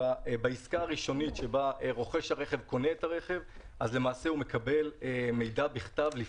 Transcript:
העסקה הראשונית רוכש הרכב יקבל מידע בכתב.